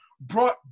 brought